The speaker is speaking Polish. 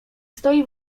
stoi